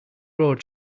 road